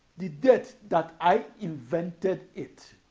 the date that i invented it.